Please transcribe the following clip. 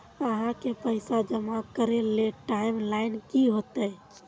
आहाँ के पैसा जमा करे ले टाइम लाइन की होते?